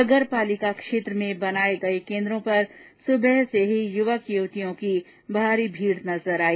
नगरपालिका क्षेत्र में बनाये गये केन्द्रो पर सुबह से ही युवक युवतियों की भारी भीड़ नजर आई